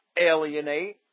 alienate